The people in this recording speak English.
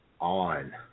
on